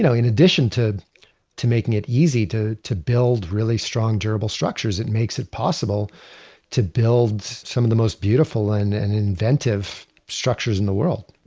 in addition to to making it easy to to build really strong durable structures, it makes it possible to build some of the most beautiful and and inventive structures in the world,